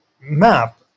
map